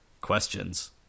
questions